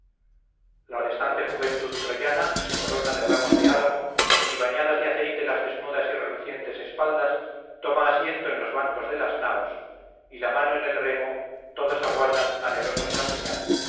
la restante juventud troyana se corona de ramos de álamo y bañadas de aceite las desnudas y relucientes espaldas toma asiento en los bancos de las naos y la mano en el remo todos aguardan anhelosos la señal